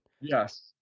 yes